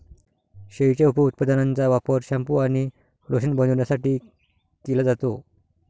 शेळीच्या उपउत्पादनांचा वापर शॅम्पू आणि लोशन बनवण्यासाठी केला जातो